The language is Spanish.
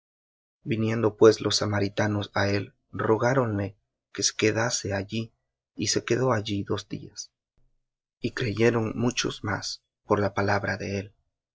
viniendo pues los samaritanos á él rogáronle que se quedase allí y se quedó allí dos días y creyeron muchos más por la palabra de él